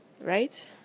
Right